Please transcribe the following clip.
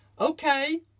Okay